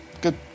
Good